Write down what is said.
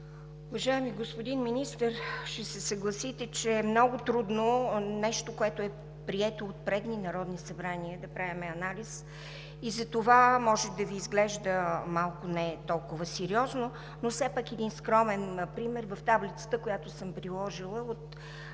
Уважаеми господин Министър, ще се съгласите, че е много трудно да правим анализ на нещо, което е прието от предни народни събрания, и затова може да Ви изглежда малко не толкова сериозно, но все пак един скромен пример в таблицата, която съм приложила, от моето